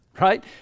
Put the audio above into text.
right